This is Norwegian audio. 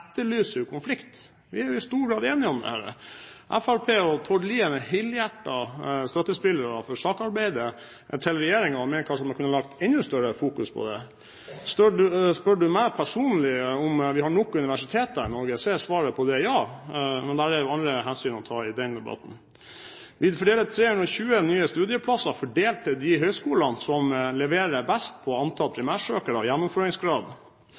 etterlyser konflikt. Vi er jo i stor grad enige om dette. Fremskrittspartiet og Tord Lien er helhjertede støttespillere for saksarbeidet til regjeringen, men kanskje man kunne hatt et enda større fokus på det. Spør man meg personlig om vi har nok universiteter i Norge, er svaret på det ja. Men i den debatten er det jo andre hensyn å ta. Vi fordeler 320 nye studieplasser til de høyskolene som leverer best på antall primærsøkere og gjennomføringsgrad.